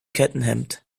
kettenhemd